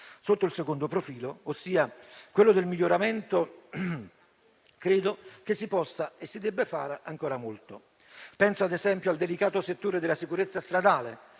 Sotto il secondo profilo, ossia quello del miglioramento, credo che si debba e si possa fare ancora molto. Penso - ad esempio - al delicato settore della sicurezza stradale: